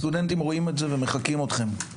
הסטודנטים רואים את זה ומחקים אתכם.